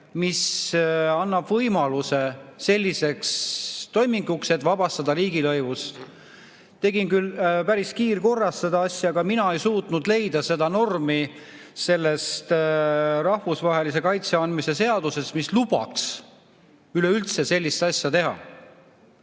mis annab võimaluse selliseks toiminguks, et vabastada riigilõivust. Tegin küll päris kiirkorras seda asja, aga mina ei suutnud leida sellest rahvusvahelise kaitse andmise seadusest seda normi, mis lubaks üleüldse sellist asja teha.